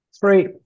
Three